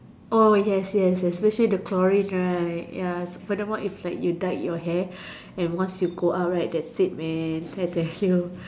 oh yes yes yes especially the chlorine right ya but the more if like you dyed your hair and once you go up right that's it man I tell you